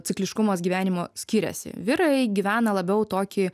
cikliškumas gyvenimo skiriasi vyrai gyvena labiau tokį